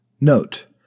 Note